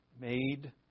Made